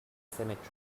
cemetery